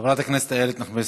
חברת הכנסת איילת נחמיאס